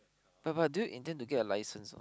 but but do you intend to get a license orh